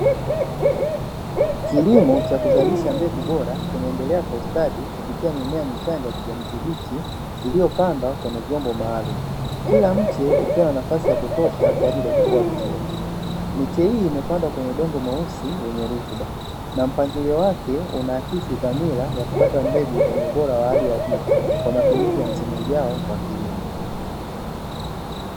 Kilimo cha kuzalisha mbegu bora kinaendelea kwa ustadi, kupitia mimea michande ya kijani kibichi iliyopadwa kwa migambo maalumu. Kila mche ukiwa na nafasi ya kutosha kwa ajili ya kukua vizuri, miche hii imepandwa kwenye udongo mweusi wenye rutuba na mpangilio wake unaakisi dhamira ya kupata mbegu zenye ubora wa hali ya juu kwa matumizi ya msimu bora wa kilimo.